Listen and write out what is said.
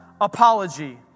apology